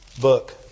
book